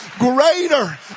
Greater